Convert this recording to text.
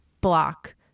block